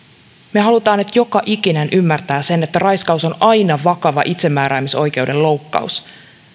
me haluamme että joka ikinen ymmärtää sen että raiskaus on aina vakava itsemääräämisoikeuden loukkaus